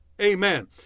Amen